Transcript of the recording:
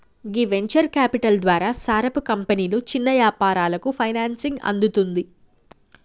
గీ venture capital ద్వారా సారపు కంపెనీలు చిన్న యాపారాలకు ఫైనాన్సింగ్ అందుతుంది